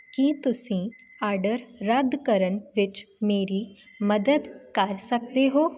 ਕੀ ਤੁਸੀਂ ਆਰਡਰ ਰੱਦ ਕਰਨ ਵਿੱਚ ਮੇਰੀ ਮਦਦ ਕਰ ਸਕਦੋ ਹੋ